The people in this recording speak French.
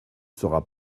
sera